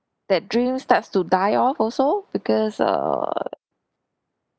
that dream starts to die off also because err